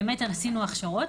באמת עשינו הכשרות,